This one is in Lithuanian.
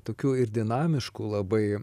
tokiu ir dinamišku labai